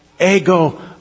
ego